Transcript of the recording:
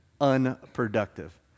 Unproductive